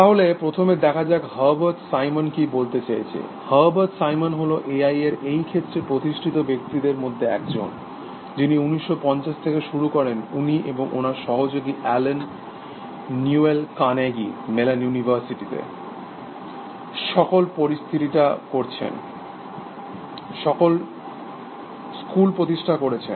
তাহলে প্রথমে দেখা যাক হার্বাট সাইমন কি বলতে চেয়েছে হার্বাট সাইমন হল এআই এর এই ক্ষেত্রে প্রতিষ্ঠিত ব্যক্তিদের মধ্যে একজন যিনি 1950 থেকে শুরু করেন উনি এবং ওনার সহযোগী অ্যালেন নিওয়েল কার্নেজি মেলন ইউনিভার্সিটিতেস্কুল প্রতিষ্টা করেছেন